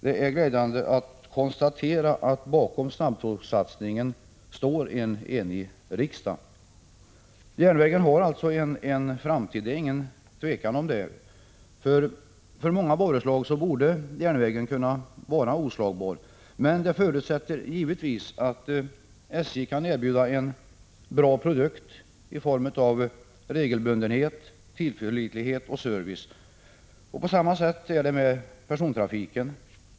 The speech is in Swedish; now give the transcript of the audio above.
Det är glädjande att kunna konstatera att en enig riksdag står bakom snabbtågssatsningen. Järnvägen har alltså en framtid, det råder inget tvivel om den saken. För många varor borde järnvägen kunna vara oslagbar. Detta förutsätter givetvis att SJ kan erbjuda en bra produkt med regelbundenhet, tillförlitlighet och god service. På samma sätt är det med persontrafiken.